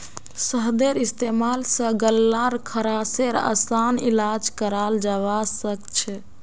शहदेर इस्तेमाल स गल्लार खराशेर असान इलाज कराल जबा सखछे